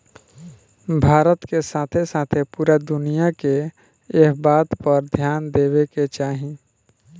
भारत के साथे साथे पूरा दुनिया के एह बात पर ध्यान देवे के चाही